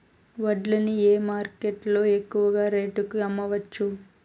వడ్లు ని ఏ మార్కెట్ లో ఎక్కువగా రేటు కి అమ్మవచ్చు?